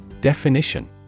Definition